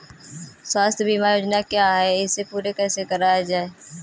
स्वास्थ्य बीमा योजना क्या है इसे पूरी कैसे कराया जाए?